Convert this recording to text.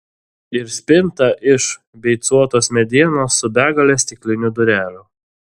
ir spinta iš beicuotos medienos su begale stiklinių durelių